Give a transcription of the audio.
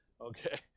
okay